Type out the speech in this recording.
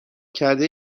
کرده